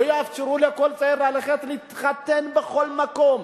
לא יאפשרו לכל צעיר להתחתן בכל מקום,